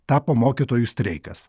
tapo mokytojų streikas